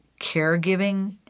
caregiving